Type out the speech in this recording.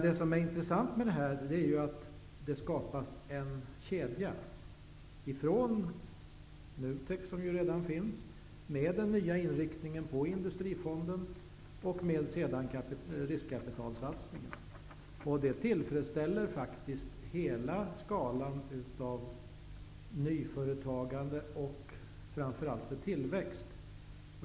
Det intressanta med detta är att det skapas en kedja från NUTEK, som ju redan finns, den nya inriktningen på Industrifonden till riskkapitalsatsningen. Det tillfredställer hela skalan av nyföretagande, och det leder framför allt till tillväxt.